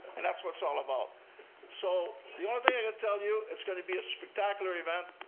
and that's what it's all about so the only thing i can tell you, it's going to be a spectacular event.